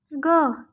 Go